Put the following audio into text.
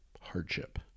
hardship